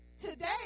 today